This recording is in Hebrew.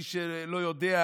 מי שלא יודע,